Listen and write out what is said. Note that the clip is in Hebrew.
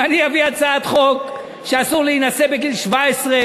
אם אני אביא הצעת חוק שאסור להינשא בגיל 17,